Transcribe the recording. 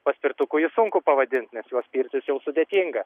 paspirtuku jį sunku pavadint nes juo spirtis jau sudėtinga